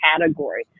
category